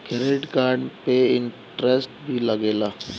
Credit card पे interest भी लागेला?